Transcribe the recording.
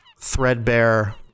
threadbare